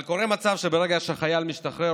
אבל קורה מצב שברגע שהחייל משתחרר,